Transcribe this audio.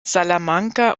salamanca